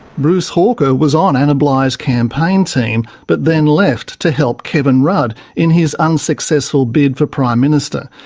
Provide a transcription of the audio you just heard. bruce hawker was on anna bligh's campaign team, but then left to help kevin rudd in his unsuccessful bid for prime minister.